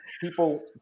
people